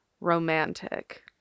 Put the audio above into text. romantic